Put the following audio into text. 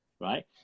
right